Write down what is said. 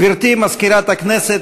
גברתי מזכירת הכנסת,